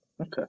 Okay